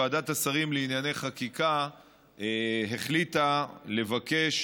ועדת השרים לענייני חקיקה החליטה לבקש